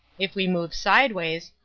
if we move sideways,